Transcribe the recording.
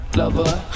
lover